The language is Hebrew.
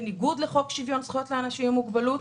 בניגוד לחוק שוויון זכויות לאנשים עם מוגבלות.